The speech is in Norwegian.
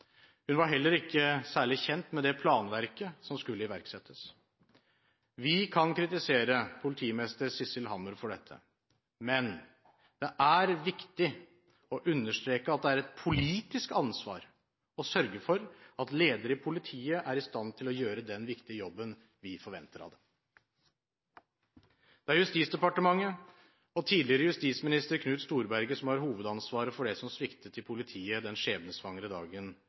Hun var heller ikke særlig kjent med det planverket som skulle iverksettes. Vi kan kritisere politimester Sissel Hammer for dette, men det er viktig å understreke at det er et politisk ansvar å sørge for at ledere i politiet er i stand til å gjøre den viktige jobben som vi forventer av dem. Det er Justisdepartementet og tidligere justisminister Knut Storberget som har hovedansvaret for det som sviktet i politiet den skjebnesvangre dagen